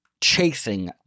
chasing